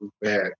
bad